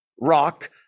rock